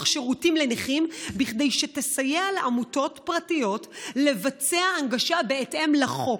שירותים לנכים כדי שתסייע לעמותות פרטיות לבצע הנגשה בהתאם לחוק,